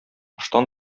ыштан